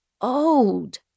old